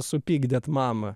supykdėt mamą